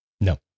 No